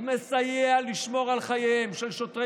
הוא מסייע לשמור על חייהם של שוטרי